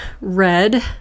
red